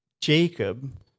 Jacob